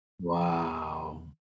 Wow